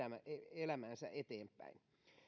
elämäänsä eteenpäin